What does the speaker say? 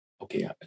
Okay